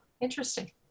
interesting